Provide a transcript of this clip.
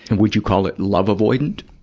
and would you call it love-avoidant?